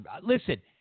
Listen